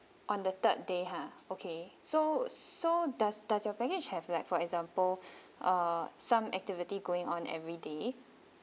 on the third day ha okay so so does does your package have like for example ah some activity going on every day